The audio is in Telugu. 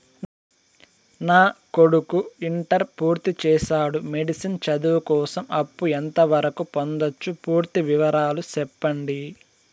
నా కొడుకు ఇంటర్ పూర్తి చేసాడు, మెడిసిన్ చదువు కోసం అప్పు ఎంత వరకు పొందొచ్చు? పూర్తి వివరాలు సెప్పండీ?